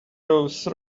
those